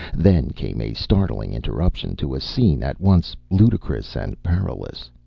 then came a startling interruption to a scene at once ludicrous and perilous.